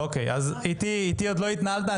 איתי עוד לא התנהלת.